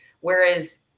Whereas